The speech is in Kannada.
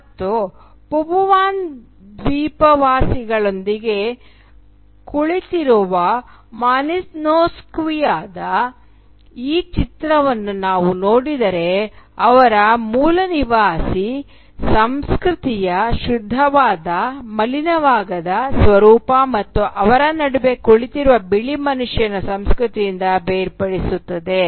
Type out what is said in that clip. ಮತ್ತು ಪಪುವಾನ್ ದ್ವೀಪವಾಸಿಗಳೊಂದಿಗೆ ಕುಳಿತಿರುವ ಮಾಲಿನೋವ್ಸ್ಕಿಯ ಈ ಚಿತ್ರವನ್ನು ನಾವು ನೋಡಿದರೆ ಅವರ ಮೂಲನಿವಾಸಿ ಸಂಸ್ಕೃತಿಯ ಶುದ್ಧವಾದ ಮಲಿನವಾಗದ ಸ್ವರೂಪ ಮತ್ತು ಅವರ ನಡುವೆ ಕುಳಿತಿರುವ ಬಿಳಿ ಮನುಷ್ಯನ ಸಂಸ್ಕೃತಿಯಿಂದ ಬೇರ್ಪಡಿಸುತ್ತದೆ